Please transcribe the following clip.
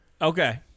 Okay